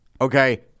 okay